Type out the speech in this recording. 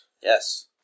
Yes